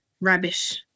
rubbish